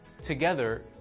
Together